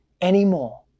anymore